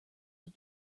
had